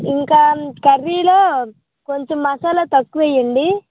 ఇంకా కర్రీలో కొంచెం మసాలా తక్కువ వేయండి